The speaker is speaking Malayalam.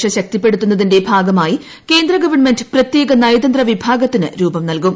ദേശീയ ശക്തിപ്പെടുത്തുന്നതിന്റെ സുരക്ഷ ന് ഭാഗമായി കേന്ദ്ര ഗവൺമെന്റ് പ്രത്യേക നയതന്ത്ര വിഭാഗത്തിന് രൂപം നൽകും